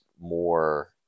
more